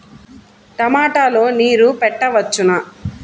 టమాట లో నీరు పెట్టవచ్చునా?